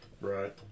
right